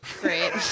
great